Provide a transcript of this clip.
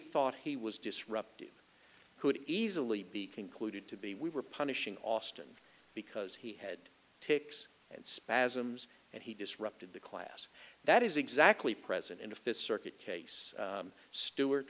thought he was disruptive could easily be concluded to be we were punishing austin because he had takes and spasms and he disrupted the class that is exactly present in the fifth circuit case